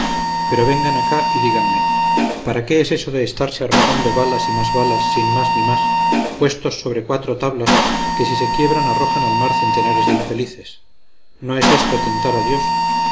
pero vengan acá y díganme para qué es eso de estarse arrojando balas y más balas sin más ni más puestos sobre cuatro tablas que si se quiebran arrojan al mar centenares de infelices no es esto tentar a dios